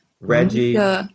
Reggie